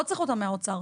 לא צריך אותם מהאוצר.